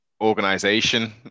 organization